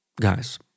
guys